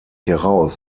heraus